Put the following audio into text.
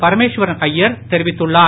பரமேஸ்வரன் ஐயர் தெரிவித்துள்ளார்